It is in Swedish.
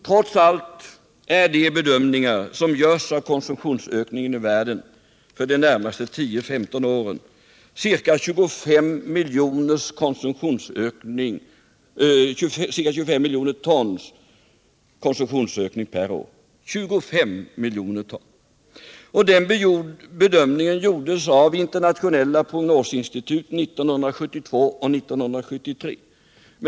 Trots allt är de bedömningar om konsumtionsökningen i världen som gjorts för de närmaste 10-15 åren att konsumtionsökningen blir ca 25 miljoner ton per år. Den bedömningen gjordes av internationella prognosinstitut åren 1972 och 1973.